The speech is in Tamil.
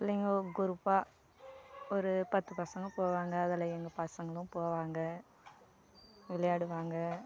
பிள்ளைங்க க்ரூப்பாக ஒரு பத்து பசங்கள் போவாங்கள் அதில் எங்கள் பசங்களும் போவாங்கள் விளையாடுவாங்க